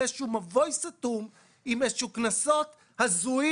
כאן באיזשהו מבוי סתום עם איזה שהם קנסות הזויים